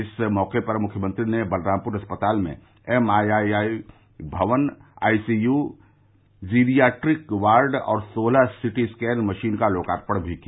इस मौके पर मुख्यमंत्री ने बलरामपुर अस्पताल में एमआइआई भवन आईसीय जीरियाट्रिक वार्ड और सोलह सीटी स्कैन मशीन का लोकार्पण भी किया